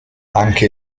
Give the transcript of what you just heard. anche